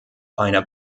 einer